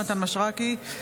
יונתן מישרקי,